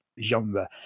genre